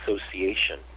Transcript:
association